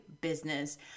business